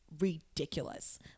Ridiculous